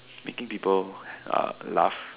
making people uh laugh